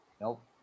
Nope